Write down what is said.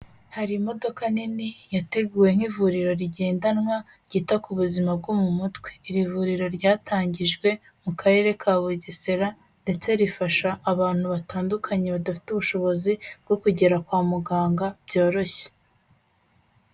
Hari imodoka nini, yateguwe nk'ivuriro rigendanwa, ryita ku buzima bwo mu mutwe, iri vuriro ryatangijwe mu karere ka Bugesera, ndetse rifasha abantu batandukanye badafite ubushobozi, bwo kugera kwa muganga byoroshye.